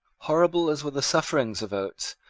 horrible as were the sufferings of oates,